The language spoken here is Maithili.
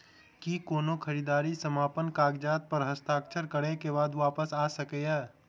की कोनो खरीददारी समापन कागजात प हस्ताक्षर करे केँ बाद वापस आ सकै है?